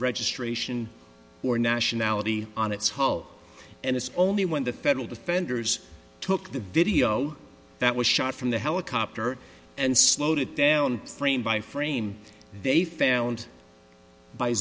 registration or nationality on its hull and it's only when the federal defenders took the video that was shot from the helicopter and slowed it down frame by frame they found by